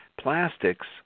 plastics